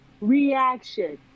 reaction